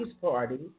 party